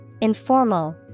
Informal